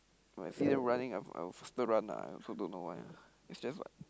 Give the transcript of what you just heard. I see them running I I would faster run ah I also don't know why ah it's just